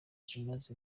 imaze